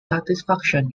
satisfaction